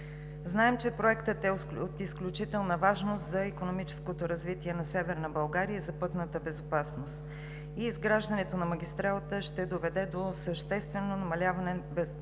Знаем, че Проектът е от изключителна важност за икономическото развитие на Северна България и за пътната безопасност и изграждането на магистралата ще доведе до съществено намаляване опасността